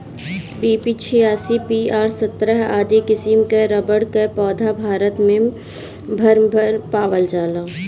PB छियासी, PR सत्रह आदि किसिम कअ रबड़ कअ पौधा भारत भर में पावल जाला